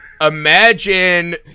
imagine